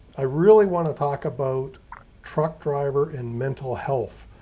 i really want to talk about truck driver and mental health,